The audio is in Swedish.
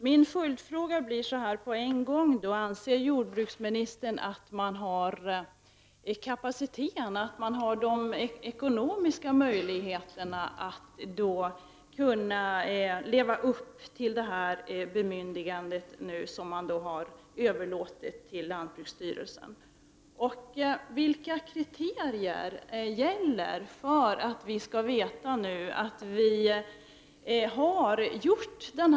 Min följdfråga så här med en gång blir då: Anser jordbruksministern att lantbruksstyrelsen har kapaciteten och de ekonomiska möjligheterna att leva upp till det bemyndigande man har fått? Vilka kriterier gäller för riskbedömningen?